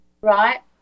right